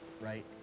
right